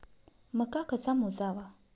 मका कसा मोजावा?